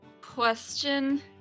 question